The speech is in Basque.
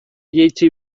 jaitsi